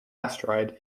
asteroid